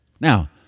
now